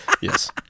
Yes